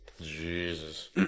Jesus